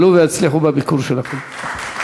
עלו והצליחו בביקור שלכם.